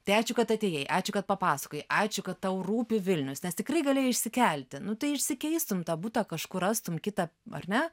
tai ačiū kad atėjai ačiū kad papasakojai ačiū kad tau rūpi vilnius nes tikrai galėjai išsikelti nu tai išsikeistum tą butą kažkur rastum kitą ar ne